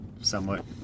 somewhat